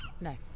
No